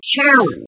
challenge